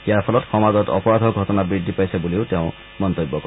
ইয়াৰ ফলত সমাজত অপৰাধৰ ঘটনা বৃদ্ধি পাইছে বুলিও তেওঁ মন্তব্য কৰে